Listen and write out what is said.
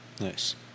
Nice